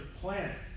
planet